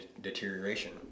deterioration